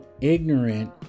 ignorant